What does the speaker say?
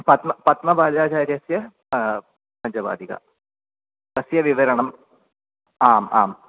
पद्म पद्मपादाचार्यस्य पञ्चपादिका तस्य विवरणम् आम् आम्